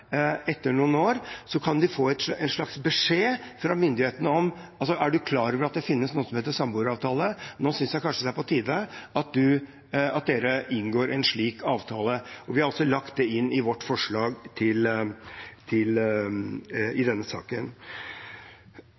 noen år, kan de få en slags beskjed fra myndighetene om at det finnes noe som heter samboeravtale, og at det kanskje er på tide at de inngår en slik avtale. Vi har også lagt dette inn i et av våre forslag i denne saken.